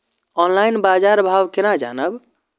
Online बाजार भाव केना जानब?